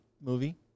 movie